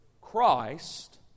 Christ